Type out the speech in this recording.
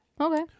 Okay